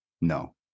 no